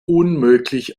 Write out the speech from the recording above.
unmöglich